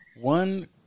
one